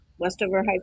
westoverheights